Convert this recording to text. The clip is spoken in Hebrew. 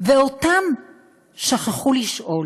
ואותן שכחו לשאול.